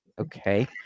Okay